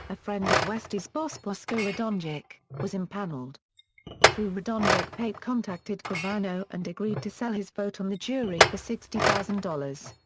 a friend of westies boss bosko radonjich, was empaneled through radonjich pape contacted gravano and agreed to sell his vote on the jury for sixty thousand dollars.